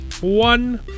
one